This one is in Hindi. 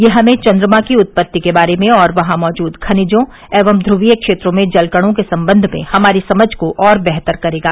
यह हमें चन्द्रमा की उत्पति के बारे में और वहां मौजूद खनिजों एवं ध्रवीय क्षेत्रों में जल कणों के सम्बंध में हमारी समझ को और बेहतर करेगा